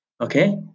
okay